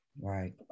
Right